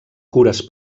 cures